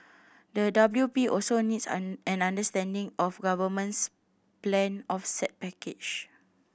the W P also needs an understanding of government's planned offset package